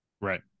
Right